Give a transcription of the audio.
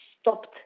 stopped